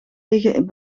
liggen